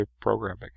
programming